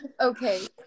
Okay